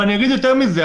אבל יותר מזה,